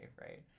right